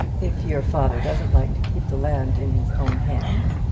if your father doesn't like to keep the land in his own hands,